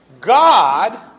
God